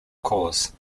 corps